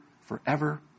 forever